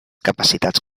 capacitats